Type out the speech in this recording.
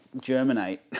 germinate